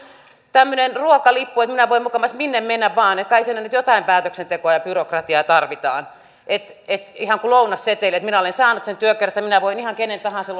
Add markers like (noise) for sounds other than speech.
tämmöinen ruokalippu että minä voin mukamas mennä minne vain kai siinä nyt jotain päätöksentekoa ja byrokratiaa tarvitaan niin että ei ihan kuin lounasseteli että minä olen saanut sen työkkäristä ja minä voin ihan kenen tahansa (unintelligible)